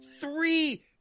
three